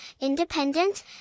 independent